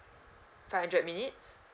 five hundred minutes